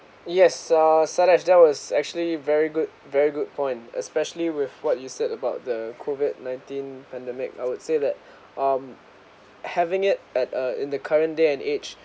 yes uh sadaj that was actually very good very good point especially with what you said about the COVID nineteen pandemic I would say that um having it at err in the current day and age